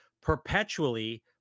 perpetually